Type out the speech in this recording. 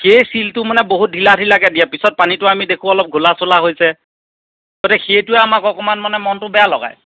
সেই ছীলটো মানে বহুত ঢিলা ঢিলাকৈ দিয়ে পিছত পানীটো আমি দেখোঁ অলপ ঘোলা চোলা হৈছে তাতে সেইটোৱে আমাক অকণমান মানে মনটো বেয়া লগায়